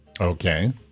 Okay